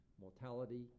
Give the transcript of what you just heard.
mortality